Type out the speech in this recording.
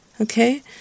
Okay